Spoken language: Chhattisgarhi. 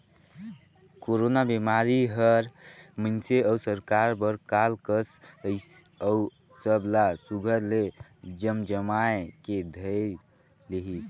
कोरोना बिमारी हर मइनसे अउ सरकार बर काल कस अइस अउ सब ला सुग्घर ले जमजमाए के धइर लेहिस